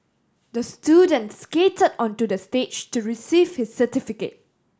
the student skated onto the stage to receive his certificate